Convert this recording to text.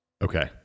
Okay